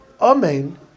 Amen